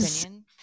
opinion